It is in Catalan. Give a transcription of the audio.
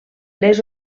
les